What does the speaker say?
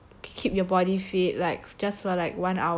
keep your body fit like just for like one hour